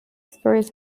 stories